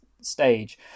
stage